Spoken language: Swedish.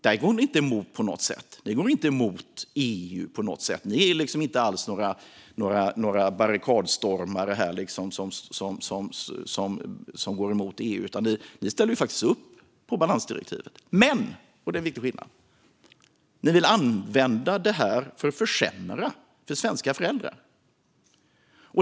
Där går ni inte emot EU på något sätt. Ni är inte alls några barrikadstormare som går emot EU, utan ni ställer faktiskt upp på balansdirektivet. Men, och det är en viktig skillnad, ni vill använda det för att försämra för svenska föräldrar.